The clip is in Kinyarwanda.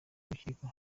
n’urukiko